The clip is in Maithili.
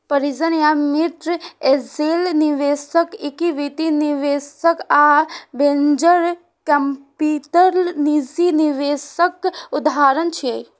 परिजन या मित्र, एंजेल निवेशक, इक्विटी निवेशक आ वेंचर कैपिटल निजी निवेशक उदाहरण छियै